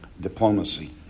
diplomacy